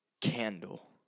Candle